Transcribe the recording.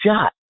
shot